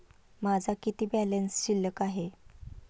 माझा किती बॅलन्स शिल्लक आहे?